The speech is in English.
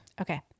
Okay